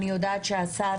אני יודעת שהשר